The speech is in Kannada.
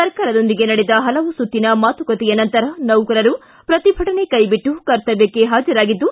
ಸರ್ಕಾರದೊಂದಿಗೆ ನಡೆದ ಹಲವು ಸುತ್ತಿನ ಮಾತುಕತೆಯ ನಂತರ ನೌಕರರು ಪ್ರತಿಭಟನೆ ಕೈಬಿಟ್ಟು ಕರ್ತವ್ಯಕ್ಷೆ ಹಾಜರಾಗಿದ್ದು